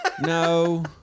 No